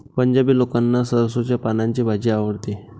पंजाबी लोकांना सरसोंच्या पानांची भाजी आवडते